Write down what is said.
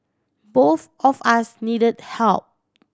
both of us need help